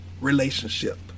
relationship